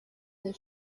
der